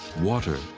water,